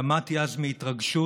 דמעתי אז מהתרגשות